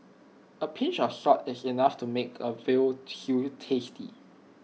A pinch of salt is enough to make A Veal Stew tasty